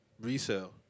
resale